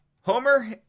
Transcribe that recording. Homer